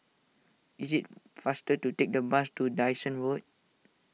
is it faster to take the bus to Dyson Road